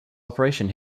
operation